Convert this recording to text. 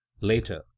Later